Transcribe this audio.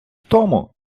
тому